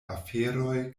aferoj